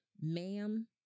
ma'am